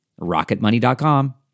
rocketmoney.com